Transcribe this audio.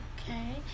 Okay